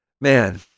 man